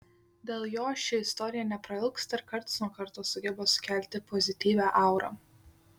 dėl jo ši istorija neprailgsta ir karts nuo karto sugeba sukelti pozityvią aurą